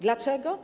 Dlaczego?